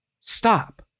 stop